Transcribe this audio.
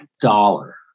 dollar